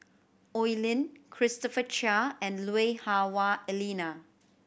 Oi Lin Christopher Chia and Lui Hah Wah Elena